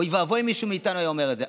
אוי ואבוי אם מישהו מאיתנו היה אומר את זה.